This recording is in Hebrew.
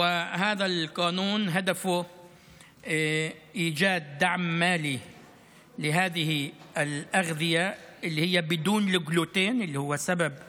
ומטרתו של חוק זה הוא לתת תמיכה כלכלית